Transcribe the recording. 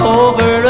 over